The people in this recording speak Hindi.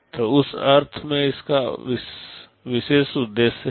तो उस अर्थ में इसका विशेष उद्देश्य है